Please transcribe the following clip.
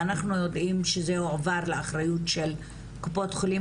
אנחנו יודעים שזה הועבר לאחריות של קופות החולים,